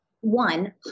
one